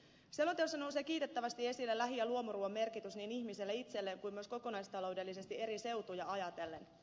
selonteossa nousee kiitettävästi esille lähi ja luomuruuan merkitys niin ihmiselle itselleen kuin myös kokonaistaloudellisesti eri seutuja ajatellen